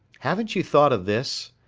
haven't you thought of this?